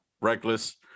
reckless